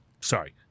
Sorry